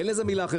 אין לזה תיאור אחר.